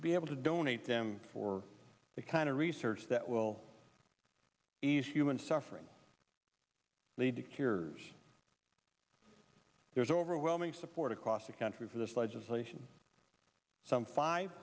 to be able to donate them for the kind of research that will ease human suffering lead to cures there's overwhelming support across the country for this legislation some five